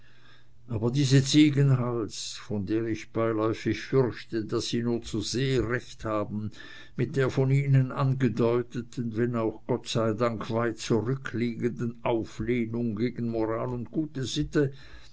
aber diese ziegenhals von der ich beiläufig fürchte daß sie nur zu sehr recht haben mit der von ihnen angedeuteten wenn auch gott sei dank weit zurückliegenden auflehnung gegen moral und gute sitte